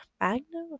Magna